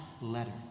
letter